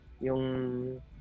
Yung